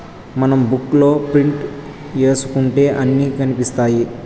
మనం బుక్ లో ప్రింట్ ఏసుకుంటే అన్ని కనిపిత్తాయి